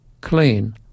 clean